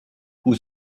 who